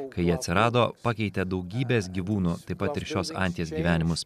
kai jie atsirado pakeitė daugybės gyvūnų taip pat ir šios anties gyvenimus